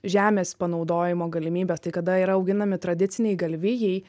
žemės panaudojimo galimybės tai kada yra auginami tradiciniai galvijai